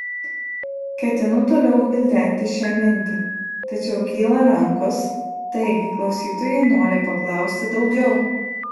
ketinu toliau gvildenti šią mintį tačiau kyla rankos taigi klausytojai nori paklausti daugiau